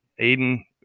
Aiden